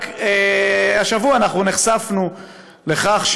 רק השבוע נחשפנו לכך,